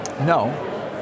No